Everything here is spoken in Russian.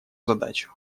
задачу